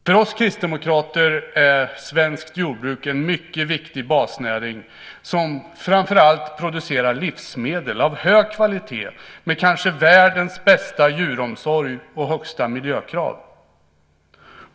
För oss kristdemokrater är svenskt jordbruk en mycket viktig basnäring, som framför allt producerar livsmedel av hög kvalitet med kanske världens bästa djuromsorg och högsta miljökrav.